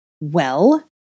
Well